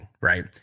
right